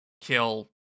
kill